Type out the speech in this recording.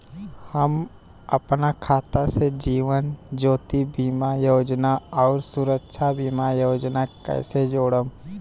हम अपना खाता से जीवन ज्योति बीमा योजना आउर सुरक्षा बीमा योजना के कैसे जोड़म?